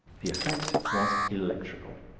the effect was electrical.